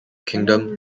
kingdom